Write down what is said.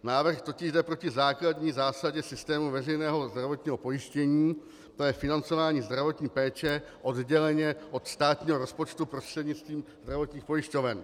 Návrh totiž jde proti základní zásadě systému veřejného zdravotního pojištění, tj. financování zdravotní péče odděleně od státního rozpočtu prostřednictvím zdravotních pojišťoven.